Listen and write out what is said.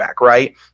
right